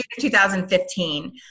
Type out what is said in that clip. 2015